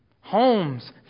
Homes